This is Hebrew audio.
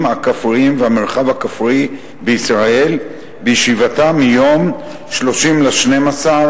הכפריים והמרחב הכפרי בישראל בישיבתה ביום 30 בדצמבר